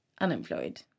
unemployed